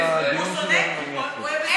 כשהם יסיימו את הדיון שלהם, אני אתחיל.